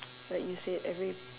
like you said every